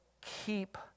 keep